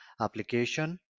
application